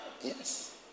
Yes